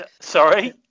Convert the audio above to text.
sorry